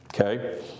Okay